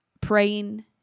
praying